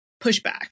pushback